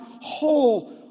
whole